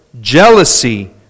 jealousy